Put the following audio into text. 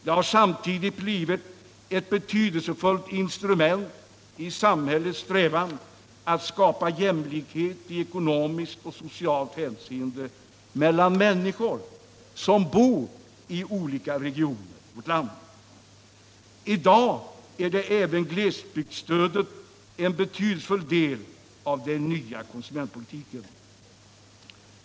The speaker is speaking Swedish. Det har samtidigt blivit ett betydelsefullt instrument i samhällets strävan att skapa jämlikhet i ekonomiskt och socialt hänseende mellan människor som bor i olika regioner av vårt land. I dag är även glesbygdsstödet en betydelsefull del av den nya konsumentpolitiken.